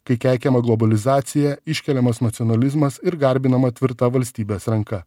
kai keikiama globalizacija iškeliamas nacionalizmas ir garbinama tvirta valstybės ranka